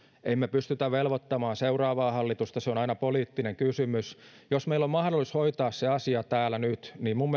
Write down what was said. emme me pysty velvoittamaan seuraavaa hallitusta se on aina poliittinen kysymys jos meillä on mahdollisuus hoitaa se asia täällä nyt niin minun